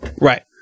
Right